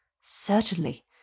Certainly